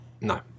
No